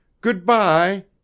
Good-bye